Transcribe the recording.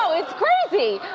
so it's crazy,